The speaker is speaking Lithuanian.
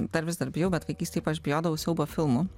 dar vis dar bijau bet vaikystėj aš bijodavau siaubo filmų